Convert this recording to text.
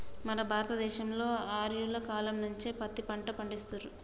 మన భారత దేశంలో ఆర్యుల కాలం నుంచే పత్తి పంట పండిత్తుర్రు